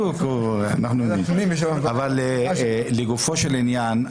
אבל לגופו של עניין,